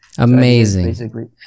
Amazing